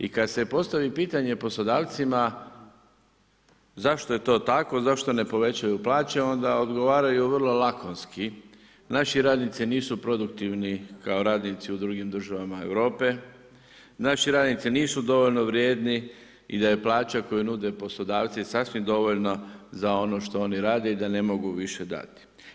I kada se postavi pitanje poslodavcima zašto se to tako, zašto ne povećaju plaće onda odgovaraju vrlo lakonski, naši radnici nisu produktivni kao radnici u drugim državama Europe, naši radnici nisu dovoljno vrijedni i da je plaća koju nude poslodavci sasvim dovoljno za ono što oni rade i da ne mogu više dati.